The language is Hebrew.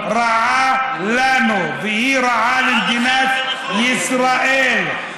היא רעה לנו והיא רעה למדינת ישראל.